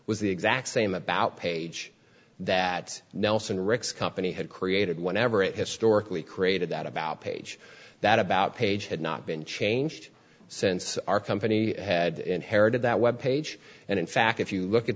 was the exact same about page that nelson rex company had created whenever it historically created that about page that about page had not been changed since our company had inherited that web page and in fact if you look at